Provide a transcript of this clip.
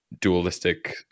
dualistic